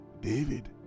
David